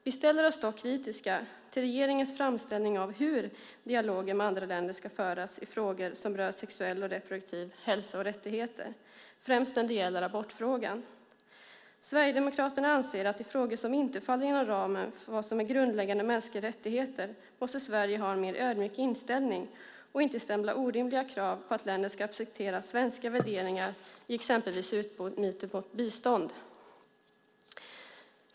Vi ställer oss dock kritiska till regeringens framställning av hur dialoger med andra länder ska föras i frågor som rör sexuell och reproduktiv hälsa och rättigheter, främst när det gäller abortfrågan. Sverigedemokraterna anser att i frågor som inte faller inom ramen för vad som är grundläggande mänskliga rättigheter måste Sverige ha en mer ödmjuk inställning och inte ställa orimliga krav på att andra länder måste acceptera svenska värderingar, exempelvis i utbyte mot bistånd.